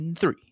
Three